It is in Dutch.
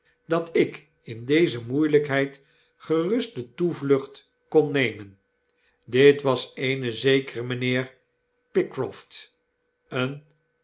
dat ik in deze moeielykheid gerust de toevlucht kon nemen dit was een zekere mynheer pycroft een